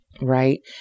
Right